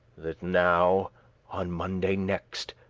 that now on monday next,